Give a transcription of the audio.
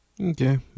okay